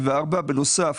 בנוסף